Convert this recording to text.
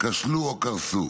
כשלו או קרסו.